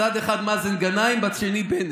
בצד אחד מאזן גנאים, בשני, בנט.